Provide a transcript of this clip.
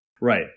Right